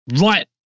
right